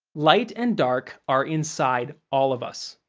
light and dark are inside all of us.